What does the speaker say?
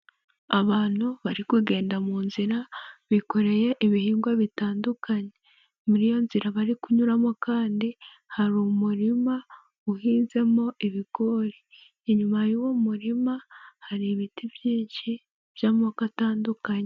Abantu bari kugenda mu nzira bikoreye ibihingwa bitandukanye, muri iyo nzira bari kunyuramo kandi hari umurima uhinzemo ibigori, inyuma y'uwo murima hari ibiti byinshi by'amoko atandukanye.